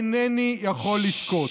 אינני יכול לשקוט.